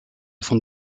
von